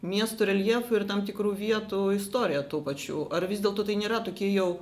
miestų reljefų ir tam tikrų vietų istoriją tuo pačiu ar vis dėlto tai nėra tokie jau